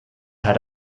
had